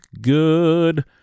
good